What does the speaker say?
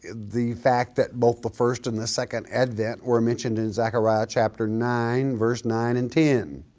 the fact that both the first and the second advent were mentioned in zechariah chapter nine, verse nine and ten.